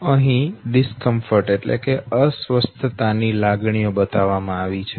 અહી અસ્વસ્થતા ની લાગણી બતાડવામાં આવી છે